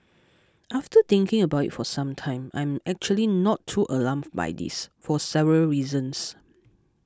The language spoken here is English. after thinking about it for some time I am actually not too alarmed by this for several reasons